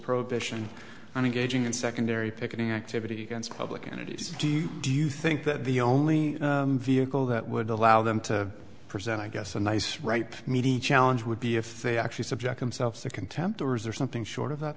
prohibition on gauging and secondary picketing activity against public entities do you do you think that the only vehicle that would allow them to present i guess a nice right media challenge would be if they actually subject themselves to contempt or is there something short of that